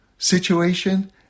Situation